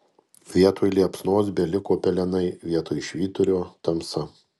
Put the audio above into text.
vietoj liepsnos beliko pelenai vietoj švyturio tamsa